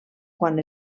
quan